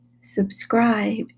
subscribe